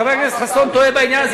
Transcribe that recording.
חבר הכנסת חסון טועה בעניין הזה,